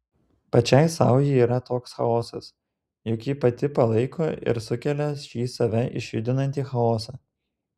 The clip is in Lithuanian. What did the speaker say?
pačiai sau ji yra toks chaosas juk ji pati palaiko ir sukelia šį save išjudinantį chaosą